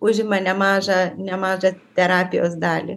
užima nemažą nemažą terapijos dalį